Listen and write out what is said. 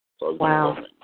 Wow